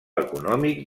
econòmic